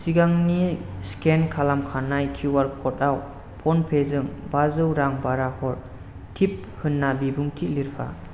सिगांनि स्केन खालामखानाय किउआर कडाव फन पे जों बाजौ रां बारा हर टिप होन्ना बिबुंथि लिरफा